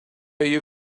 you